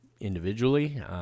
individually